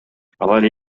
алар